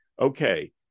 okay